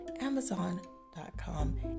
amazon.com